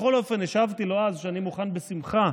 בכל אופן, השבתי לו אז שאני מוכן בשמחה